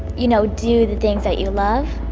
you know, do the things that you love.